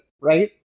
right